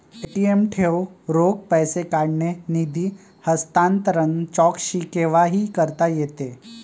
ATM ठेव, रोख पैसे काढणे, निधी हस्तांतरण, चौकशी केव्हाही करता येते